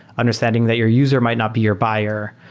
understanding that your user might not be your buyer,